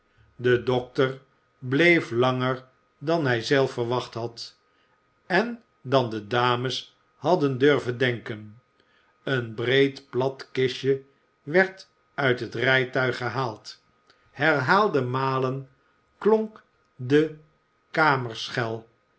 de dokter bleef langer dan hij zelf verwacht had en dan de dames hadden durven denken een breed plat kistje werd uit het rijtuig gehaald herhaalde malen klonk de kamerschel